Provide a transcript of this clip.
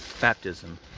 baptism